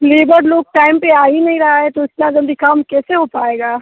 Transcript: labour लोग time पर आ ही नहीं रहा है तो इतना जल्दी काम कैसे हो पाएगा